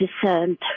descent